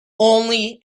only